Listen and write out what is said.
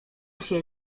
się